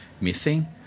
missing